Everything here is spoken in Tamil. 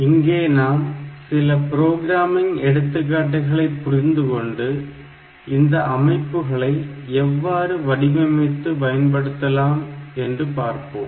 இங்கே நாம் சில ப்ரோக்ராமிங் எடுத்துக்காட்டுகளை புரிந்துகொண்டு இந்த அமைப்புகளை எவ்வாறு வடிவமைத்து பயன்படுத்தலாம் என்று பார்ப்போம்